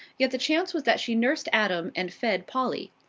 yet the chance was that she nursed adam and fed polly.